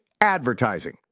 advertising